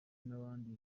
n’abandi